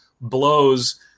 blows